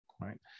right